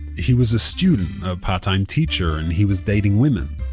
he was a student, a part-time teacher, and he was dating women.